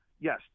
yes